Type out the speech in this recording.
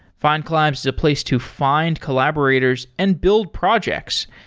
findcollabs is a place to find collaborators and build projects.